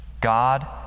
God